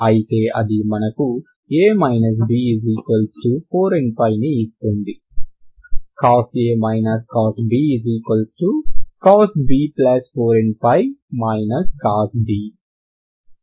అయితే అది మనకు A B 4nπ ని ఇస్తుంది